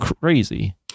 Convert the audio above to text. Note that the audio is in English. crazy